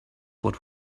what